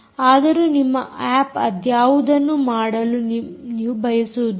ಆದರೂ ನಿಮ್ಮ ಆಪ್ ಅದ್ಯಾವುದನ್ನೂ ಮಾಡಲು ನೀವು ಬಯಸುವುದಿಲ್ಲ